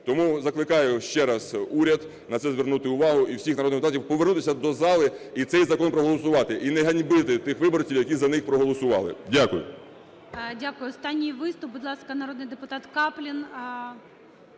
Тому закликаю ще раз уряд на це звернути увагу, і всіх народних депутатів – повернутися до зали і цей закон проголосувати, і не ганьбити тих виборців, які за них проголосували. Дякую. ГОЛОВУЮЧИЙ. Дякую. Останній виступ. Будь ласка, народний депутат Каплін,